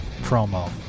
promo